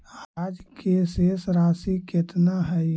आज के शेष राशि केतना हई?